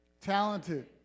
talented